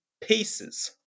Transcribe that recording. pieces